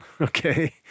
Okay